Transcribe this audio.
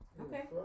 Okay